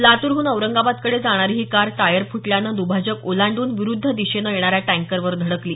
लातूरहून औरंगाबादकडे जाणारी ही कार टायर फुटल्यानं द्भाजक ओलांडून विरूद्ध दिशेनं येणाऱ्या टँकरवर धडकली